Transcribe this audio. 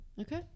Okay